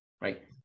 right